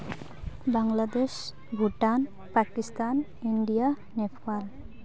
Bangladesh Bhutan Pakistan India Nepal